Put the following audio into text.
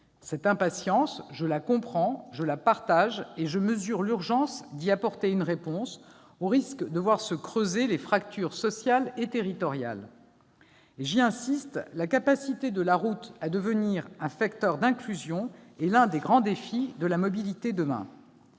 Cette impatience, je la comprends, je la partage, et je mesure l'urgence d'y apporter une réponse, afin d'éviter que ne se creusent les fractures sociale et territoriale. J'y insiste, la capacité de la route à devenir un facteur d'inclusion est l'un des grands défis de la mobilité de demain.